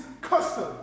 custom